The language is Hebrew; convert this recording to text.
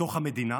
בתוך המדינה